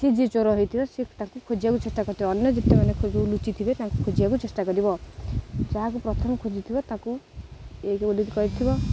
ସିଏ ଚୋର ହେଇଥିବ ସେ ତାଙ୍କୁ ଖୋଜିବାକୁ ଚେଷ୍ଟା କରିଥିବେ ଅନ୍ୟ ଯେତେ ମାନେ ଲୁଚିଥିବେ ତାଙ୍କୁ ଖୋଜିବାକୁ ଚେଷ୍ଟା କରିଥିବ ଯାହାକୁ ପ୍ରଥମେ ଖୋଜିଥିବ ତା'କୁ କରିଥିବ